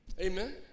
Amen